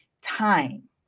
time